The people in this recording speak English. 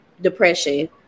depression